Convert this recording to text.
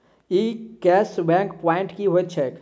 ई cash back point की होइत छैक?